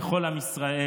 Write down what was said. לכל עם ישראל,